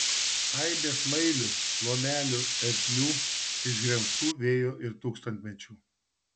aibė smailių lomelių ertmių išgremžtų vėjo ir tūkstantmečių